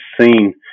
seen